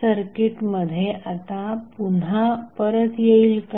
सर्किटमध्ये आता पुन्हा परत येईल का